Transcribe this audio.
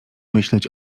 myśleć